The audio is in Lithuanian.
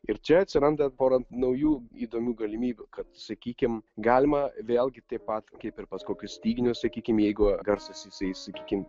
ir čia atsiranda pora naujų įdomių galimybių kad sakykim galima vėlgi taip pat kaip ir pas kokius styginius sakykim jeigu garsas jisai sakykim